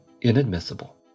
inadmissible